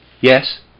Yes